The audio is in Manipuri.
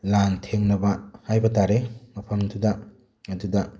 ꯂꯥꯟ ꯊꯦꯡꯅꯕ ꯍꯥꯏꯕ ꯇꯥꯔꯦ ꯃꯐꯝꯗꯨꯗ ꯑꯗꯨꯗ